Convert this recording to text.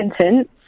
sentence